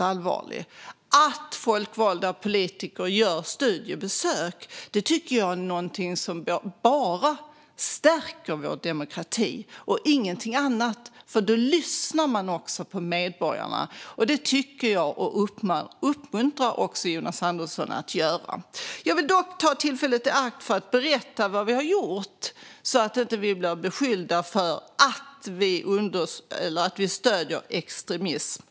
Att folkvalda politiker gör studiebesök tycker jag är någonting som bara stärker vår demokrati, och ingenting annat. Då lyssnar man också på medborgarna. Jag uppmuntrar också Jonas Andersson att göra det. Jag vill dock ta tillfället i akt att berätta vad vi har gjort så att vi inte blir beskyllda för att stödja extremism.